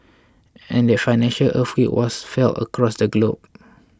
and that financial earthquake was felt across the globe